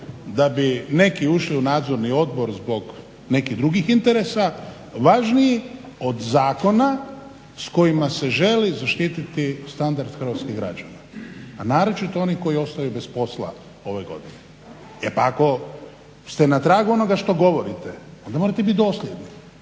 da bi neki ušli u nadzorni odbor zbog nekih drugih interesa važniji od zakona s kojima se želi zaštititi standard hrvatskih građana, a naročito onih koji ostaju bez posla ove godine jer ako ste na tragu onoga što govorite onda morate bit dosljedni.